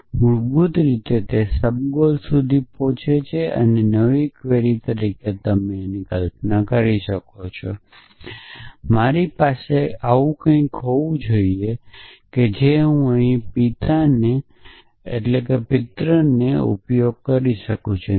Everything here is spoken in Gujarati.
તે મૂળભૂત રીતે સબગોલ સુધી જાય છે અને નવી ક્વેરી પૂછે જે જેમ કે તમે કલ્પના કરી શકો છો મારી પાસે એવું કંઈક હોવું જોઈએ જેથી હું અહીં અને અહીં પિતૃનો ઉપયોગ કરી શકું છું